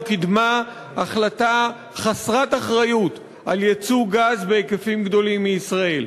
קידמה החלטה חסרת אחריות על ייצוא גז בהיקפים גדולים מישראל.